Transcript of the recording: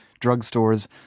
drugstores